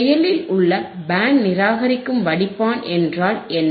செயலில் உள்ள பேண்ட் நிராகரிக்கும் வடிப்பான் என்றால் என்ன